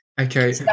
Okay